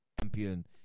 champion